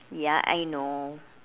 ya I know